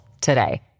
today